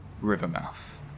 Rivermouth